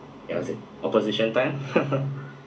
that was it opposition time